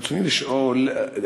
ברצוני לשאול: